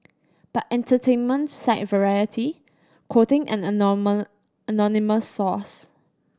but entertainment site Variety quoting an anonymous source